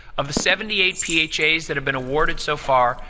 of the seventy eight phas that have been awarded so far,